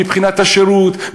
מבחינת השירות,